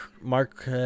Mark